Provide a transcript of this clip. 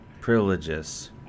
privileges